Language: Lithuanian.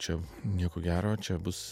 čia nieko gero čia bus